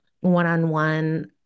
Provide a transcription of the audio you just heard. one-on-one